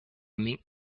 mink